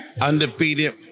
undefeated